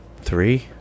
three